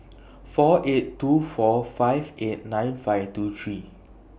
four eight two four five eight nine five two three